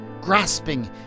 grasping